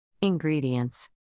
ingredients